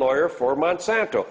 lawyer for months after